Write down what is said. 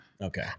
Okay